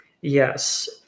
Yes